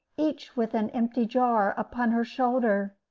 each with an empty jar upon her shoulder.